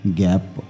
gap